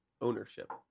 ownership